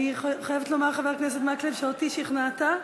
אני חייבת לומר, חבר הכנסת מקלב, שאותי שכנעת.